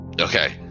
Okay